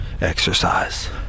exercise